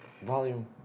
Volume